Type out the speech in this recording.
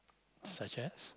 such as